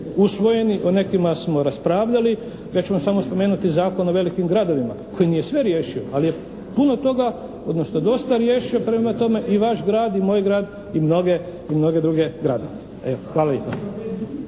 usvojeni, o nekima smo raspravljali. Ja ću vam samo spomenuti Zakon o velikim gradovima koji nije sve riješio, ali je puno toga, odnosno dosta riješio. Prema tome i vaš grad i moj grad i mnoge druge gradove. Hvala